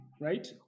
right